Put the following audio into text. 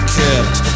kept